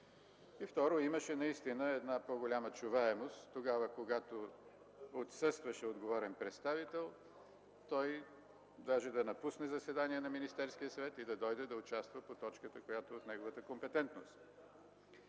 и второ, имаше наистина една по-голяма чуваемост тогава, когато отсъстваше отговорен представител, той дори да напусне заседание на Министерския съвет, и да дойде да участва по точката, която е от неговата компетентност.